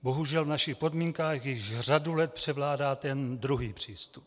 Bohužel v našich podmínkách již řadu let převládá ten druhý přístup.